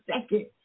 second